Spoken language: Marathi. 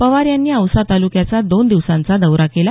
पवार यांनी औसा तालुक्याचा दोन दिवसांचा दौरा केला